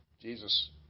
Jesus